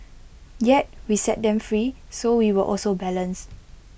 yet we set them free so we were also balanced